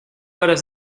horas